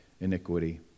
iniquity